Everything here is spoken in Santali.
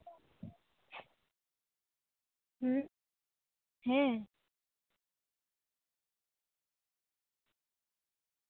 ᱦᱩᱸ ᱦᱮᱸ